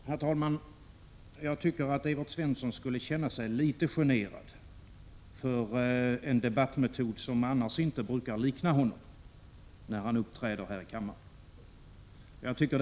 Herr talman! Jag tycker att Evert Svensson skulle känna sig litet generad över den debattmetod han nu använde. Det är inte likt honom att använda en sådan metod i debatterna här i kammaren.